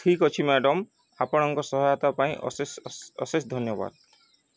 ଠିକ୍ ଅଛି ମ୍ୟାଡ଼ାମ୍ ଆପଣଙ୍କ ସହାୟତା ପାଇଁ ଅଶେ ଅଶେଷ ଧନ୍ୟବାଦ